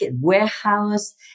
warehouse